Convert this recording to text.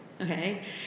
okay